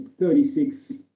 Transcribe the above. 36